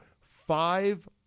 five